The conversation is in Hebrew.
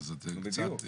זה ראש הממשלה פה.